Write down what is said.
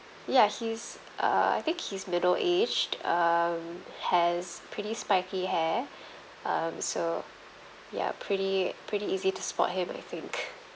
ya he's uh I think he's middle aged um has pretty spiky hair um so ya pretty pretty easy to spot him I think